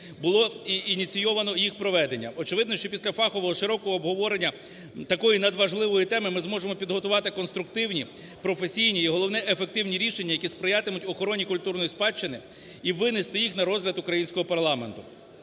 було ініційовано і їх проведення, очевидно, що після фахового широкого обговорення такої надважливої теми ми зможемо підготувати конструктивні, професійні і головне – ефективні рішення, які сприятимуть охороні культурної спадщини і винести їх на розгляд українського парламенту.